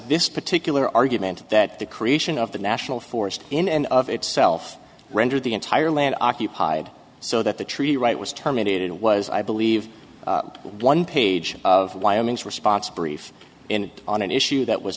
this particular argument that the creation of the national forest in and of itself render the entire land occupied so that the treaty right was terminated was i believe one page of wyoming's response brief in on an issue that was